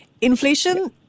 inflation